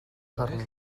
харна